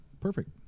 perfect